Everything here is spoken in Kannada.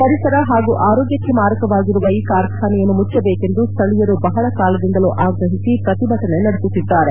ಪರಿಸರ ಹಾಗೂ ಆರೋಗ್ಲಕ್ಷೆ ಮಾರಕವಾಗಿರುವ ಈ ಕಾರ್ಖಾನೆಯನ್ನು ಮುಚ್ಚಬೇಕೆಂದು ಸ್ಥಳೀಯರು ಬಹಳ ಕಾಲದಿಂದಲೂ ಆಗ್ರಹಿಸಿ ಪ್ರತಿಭಟನೆ ನಡೆಸುತ್ತಿದ್ದಾರೆ